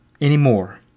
anymore